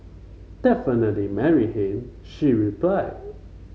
definitely marry him she replied